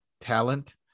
talent